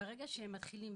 ברגע שמתחילים